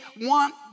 want